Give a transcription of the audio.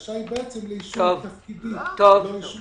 הבקשה היא לאישור תפקידים וכך